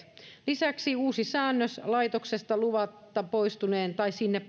lisäksi uusi säännös laitoksesta luvatta poistuneen tai sinne